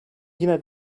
yine